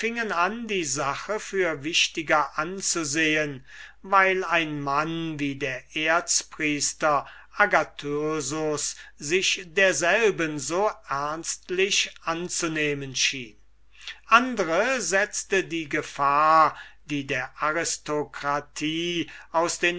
an die sache für wichtiger anzusehen weil ein mann wie der erzpriester agathyrsus sich derselben so ernstlich anzunehmen schien andre setzte die gefahr die der aristokratie aus den